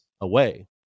away